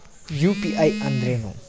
UPI ಅಂದ್ರೇನು?